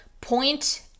point